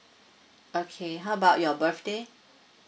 okay how about your birthday